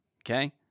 Okay